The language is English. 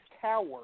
Tower